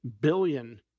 billion